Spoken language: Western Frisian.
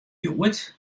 hjoed